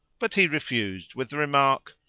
but he refused with the remark,